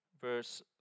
verse